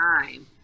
time